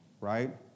Right